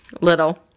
little